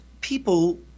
people